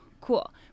cool